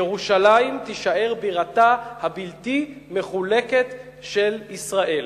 ירושלים תישאר בירתה הבלתי-מחולקת של ישראל.